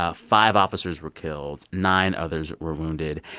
ah five officers were killed, nine others were wounded.